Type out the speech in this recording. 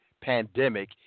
pandemic